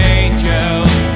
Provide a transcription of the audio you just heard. angels